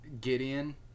Gideon